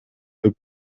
деп